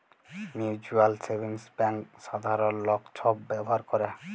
mutual savings bank সাধারল লক ছব ব্যাভার ক্যরে